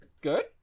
good